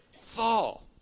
fall